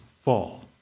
fall